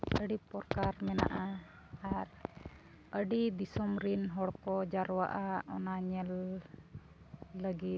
ᱟᱹᱰᱤ ᱯᱚᱨᱠᱟᱨ ᱢᱮᱱᱟᱜᱼᱟ ᱟᱨ ᱟᱹᱰᱤ ᱫᱤᱥᱚᱢ ᱨᱮᱱ ᱦᱚᱲᱠᱚ ᱡᱟᱨᱚᱣᱟᱜᱼᱟ ᱚᱱᱟ ᱧᱮᱞ ᱞᱟᱹᱜᱤᱫ